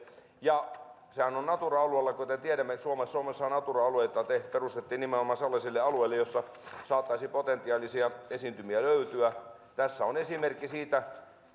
ja sehän on natura alueella kuten tiedämme suomessa on natura alueita jotka perustettiin nimenomaan sellaisille alueille joissa saattaisi potentiaalisia esiintymiä löytyä tässä on esimerkki siitä